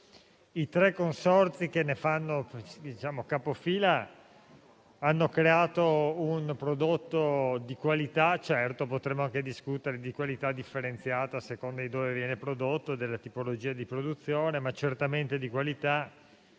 I tre consorzi capofila hanno creato un prodotto di qualità: certo, potremmo anche discutere della qualità differenziata a seconda di dove viene prodotto e della tipologia di produzione, ma certamente di qualità;